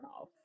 off